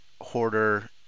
hoarder